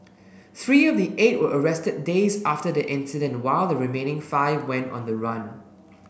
three of the eight were arrested days after the incident while the remaining five went on the run